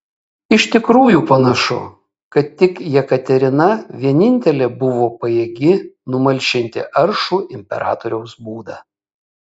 iš tikrųjų panašu kad tik jekaterina vienintelė buvo pajėgi numalšinti aršų imperatoriaus būdą